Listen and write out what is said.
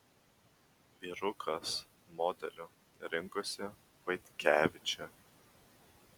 vyrukas modeliu rinkosi vaitkevičę